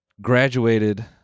graduated